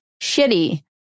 shitty